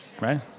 right